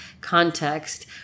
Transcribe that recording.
context